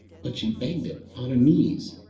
but she begged it on her knees,